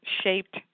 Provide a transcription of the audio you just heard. shaped